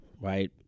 right